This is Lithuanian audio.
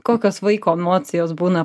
kokios vaiko emocijos būna